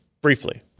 Briefly